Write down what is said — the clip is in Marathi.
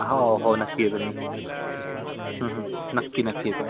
हाव हो नक्की येतो मी हम्म हम्म नक्की नक्की येतो